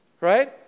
right